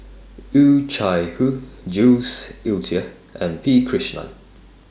Oh Chai Hoo Jules Itier and P Krishnan